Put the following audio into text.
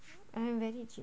I am very chill